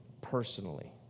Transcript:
personally